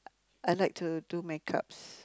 I like to do makeups